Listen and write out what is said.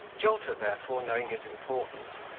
jolter, therefore, knowing his importance,